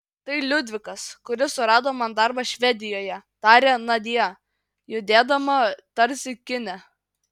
tai liudvikas kuris surado man darbą švedijoje tarė nadia judėdama tarsi kine